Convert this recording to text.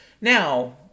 Now